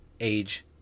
age